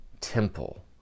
temple